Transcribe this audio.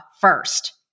first